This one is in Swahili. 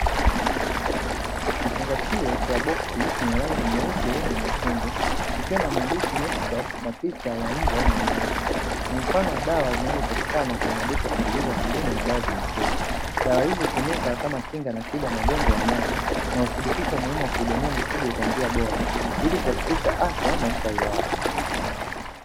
Kifungashio cha boksi chenye rangi nyeupe na nyekundu kikiwa na maandishi ( nexGard) na picha ya mbwa mwenye afya ni mfano wa dawa zinazopatika kwenye maduka ya pembejeo za kilimo na dawa za mifugo, dawa hizo utumika kwa tiba na kinga ya mgonjwa ya wanyama na uthibitisha umuhimu wa kuhudumia mifugo kwa njia bora ilikuhakikisha afya na ustawi wao.